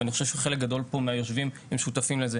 ואני חושב שחלק גדול פה מהיושבים הם שותפים לזה.